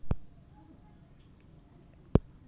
ধান গাছের ছাতনা পোকার নিবারণ কোন কীটনাশক দ্বারা সম্ভব?